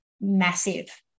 massive